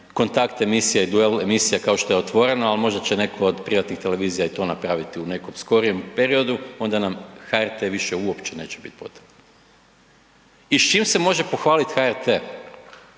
kontakt emisija i duel emisija kao što je „Otvoreno“, ali možda će netko od privatnih televizija i to napraviti u nekom skorijem periodu onda nam HRT više uopće neće biti potreban. I s čim se može pohvaliti HRT?